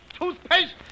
toothpaste